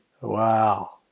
wow